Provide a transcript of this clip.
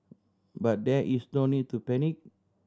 but there is no need to panic